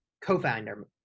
co-founder